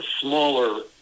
smaller